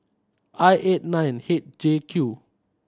I eight nine H J Q